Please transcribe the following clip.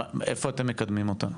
איפה אתם מקדמים אותה?